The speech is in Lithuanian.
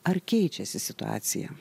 ar keičiasi situacija